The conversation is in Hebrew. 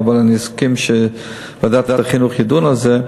אבל אני אסכים שוועדת החינוך תדון בזה,